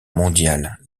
mondiale